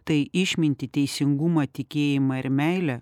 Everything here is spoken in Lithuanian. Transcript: tai išmintį teisingumą tikėjimą ir meilę